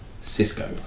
Cisco